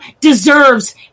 deserves